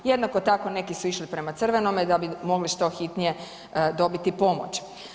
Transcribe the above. Jednako tako neki su išli prema crvenome da bi mogli što hitnije dobiti pomoć.